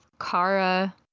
Kara